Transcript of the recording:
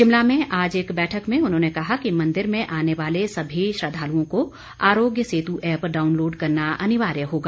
शिमला में आज एक बैठक में उन्होंने कहा कि मंदिर में आने वाले सभी श्रद्दालुओं को आरोग्य सेतू ऐप्प डाउनलोड करना अनिवार्य होगा